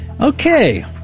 Okay